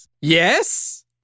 Yes